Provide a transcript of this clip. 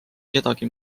kedagi